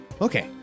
Okay